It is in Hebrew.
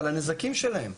על הנזקים שלהם,